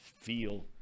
feel